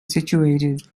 situated